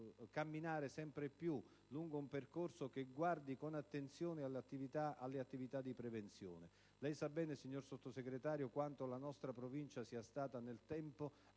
camminare sempre più lungo un percorso che guardi con attenzione alle attività di prevenzione. Lei sa bene, signor Sottosegretario, quanto la nostra provincia sia stata nel tempo